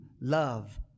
love